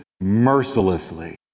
mercilessly